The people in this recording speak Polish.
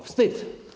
Wstyd.